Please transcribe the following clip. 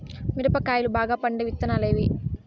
మిరప కాయలు బాగా పండే విత్తనాలు ఏవి